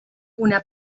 una